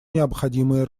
необходимое